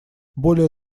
более